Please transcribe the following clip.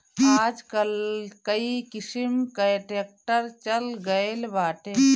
आजकल कई किसिम कअ ट्रैक्टर चल गइल बाटे